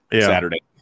saturday